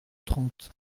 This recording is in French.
trente